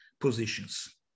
positions